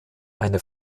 eine